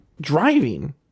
driving